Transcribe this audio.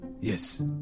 Yes